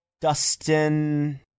Dustin